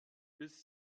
bis